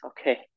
okay